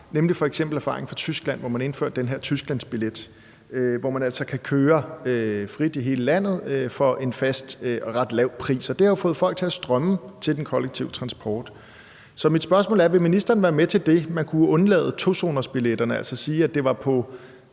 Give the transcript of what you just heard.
nemlig f.eks. erfaringen fra Tyskland, hvor man har indført den her Tysklandsbillet, og hvor man altså kan køre frit i hele landet for en fast og ret lav pris. Og det har jo fået folk til at strømme til den kollektive transport. Så mit spørgsmål er, om ministeren vil være med til det. Og man kunne jo undlade tozonersbilletterne og sige, at det var på